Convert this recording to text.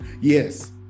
Yes